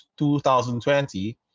2020